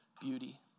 beauty